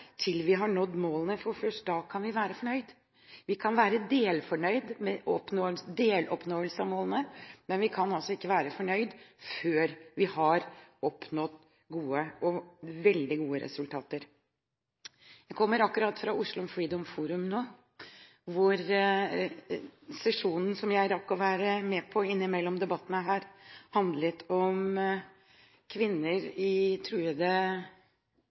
til vi har nådd målene, for først da kan vi være fornøyd. Vi kan være delfornøyd med deloppnåelse av målene, men vi kan altså ikke være fornøyd før vi har oppnådd veldig gode resultater. Jeg kommer nå akkurat fra Oslo Freedom Forum, hvor sesjonen som jeg rakk å være med på innimellom debattene her, handlet om kvinner i truede